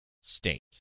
state